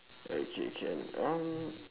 okay can around